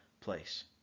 place